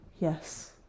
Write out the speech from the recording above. Yes